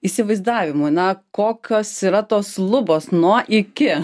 įsivaizdavimui na kokios yra tos lubos nuo iki